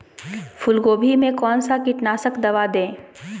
फूलगोभी में कौन सा कीटनाशक दवा दे?